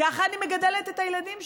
ככה אני מגדלת את הילדים.